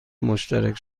مشترک